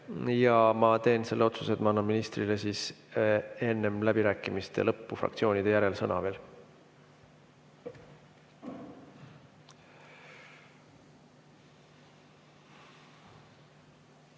Ja ma teen selle otsuse, et me anname ministrile sõna enne läbirääkimiste lõppu fraktsioonide järel. Jaa.